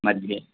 मध्ये